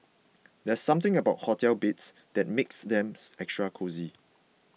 there's something about hotel beds that makes them extra cosy